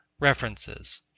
references